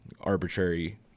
arbitrary